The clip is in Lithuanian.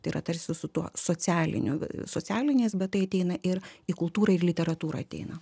tai yra tarsi su tuo socialiniu socialiniais bet tai ateina ir į kultūrą ir literatūrą ateina